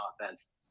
offense